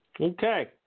Okay